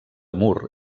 mur